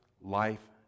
life